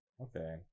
Okay